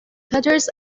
peters